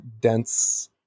dense